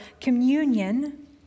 Communion